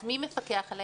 אז מי מפקח עליהם?